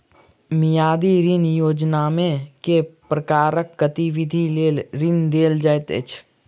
मियादी ऋण योजनामे केँ प्रकारक गतिविधि लेल ऋण देल जाइत अछि